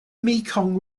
mekong